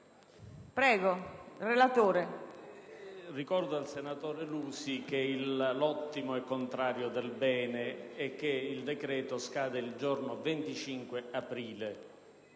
Presidente, ricordo al senatore Lusi che l'ottimo è nemico del bene, che il decreto scade il giorno 25 aprile